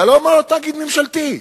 אבל למה לא תאגיד ממשלתי?